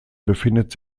befindet